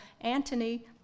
Antony